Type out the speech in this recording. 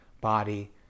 body